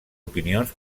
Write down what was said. opinions